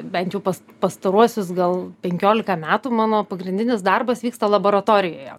bent jau pas pastaruosius gal penkiolika metų mano pagrindinis darbas vyksta laboratorijoje